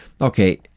Okay